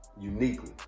uniquely